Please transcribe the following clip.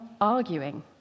arguing